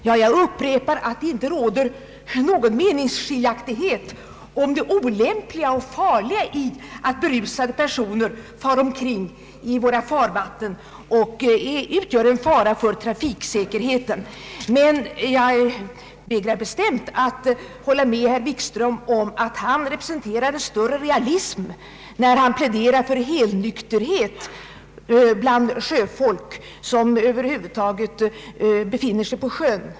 Herr talman! Jag upprepar att det inte råder någon meningsskiljaktighet om det olämpliga och farliga i att berusade personer kör omkring i våra farvatten och utgör en risk för trafiksäkerheten. Men jag vägrar bestämt att hålla med herr Wikström om att han representerar en större realism, när han pläderar för helnykterhet bland sjöfolk som befinner sig på sjön över huvud taget.